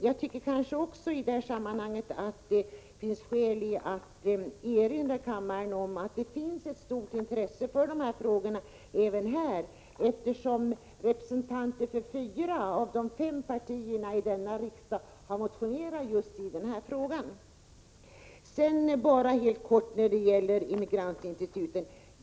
Jag tycker att det i det här sammanhanget också finns skäl att erinra kammaren om att det finns ett stort intresse för den här saken även här i riksdagen, eftersom representanter för fyra av de fem partierna i riksdagen har motionerat i frågan. Sedan bara några ord i all korthet när det gäller Emigrantinstitutet.